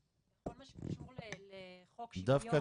בכל מה שקשור ליישום של חוק שוויון